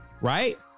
right